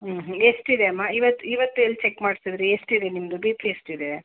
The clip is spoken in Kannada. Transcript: ಹ್ಞೂಂ ಹ್ಞೂಂ ಏಷ್ಟಿದೆಮ್ಮ ಇವತ್ತು ಇವತ್ತೆಲ್ಲಿ ಚೆಕ್ ಮಾಡ್ಸಿದ್ರಿ ಎಷ್ಟಿದೆ ನಿಮ್ದು ಬಿ ಪಿ ಎಷ್ಟಿದೆ